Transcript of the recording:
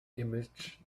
image